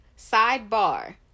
sidebar